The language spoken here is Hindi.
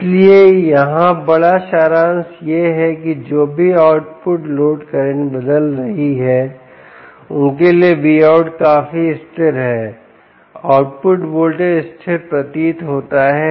इसलिए यहां बड़ा सारांश यह है कि जो भी आउटपुट लोड करंट बदल रही हैं उनके लिए Vout काफी स्थिर है आउटपुट वोल्टेज स्थिर प्रतीत होता है